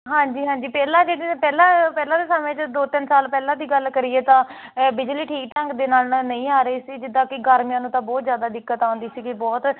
ਹਾਂਜੀ ਹਾਂਜੀ ਪਹਿਲਾਂ ਕੇ ਜੇ ਪਹਿਲਾਂ ਪਹਿਲਾਂ ਵਾਲੇ ਸਮੇਂ 'ਚ ਦੋ ਤਿੰਨ ਸਾਲ ਪਹਿਲਾਂ ਦੀ ਗੱਲ ਕਰੀਏ ਤਾਂ ਬਿਜਲੀ ਠੀਕ ਢੰਗ ਦੇ ਨਾਲ ਨਹੀਂ ਆ ਰਹੀ ਸੀ ਜਿੱਦਾਂ ਕਿ ਗਰਮੀਆਂ ਨੂੰ ਤਾਂ ਬਹੁਤ ਜ਼ਿਆਦਾ ਦਿੱਕਤ ਆਉਂਦੀ ਸੀਗੀ ਬਹੁਤ